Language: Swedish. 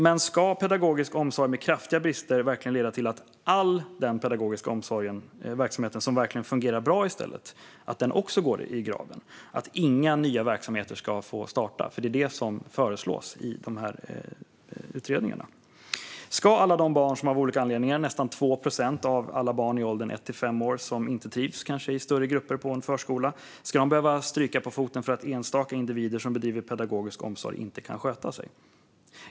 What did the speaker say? Men ska pedagogisk omsorg med kraftiga brister verkligen leda till att all den pedagogiska verksamhet som fungerar bra också går i graven? Ska inga nya verksamheter få starta? Det är vad som förslås i utredningarna. Ska alla de barn som kanske inte trivs i större grupper i en förskola - nästan 2 procent av alla barn i åldern ett till fem år - behöva stryka på foten för att enstaka individer som bedriver pedagogisk omsorg inte kan sköta sig?